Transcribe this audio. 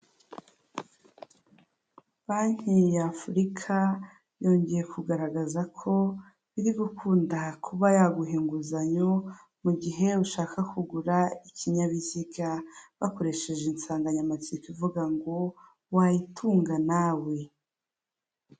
Banki ya Afurika yongeye kugaragaza ko biri gukunda kuba yaguha inguzanyo mu gihe ushaka kugura ikinyabiziga bakoresheje insanganyamatsiko ivuga ngo wayitunga nawe.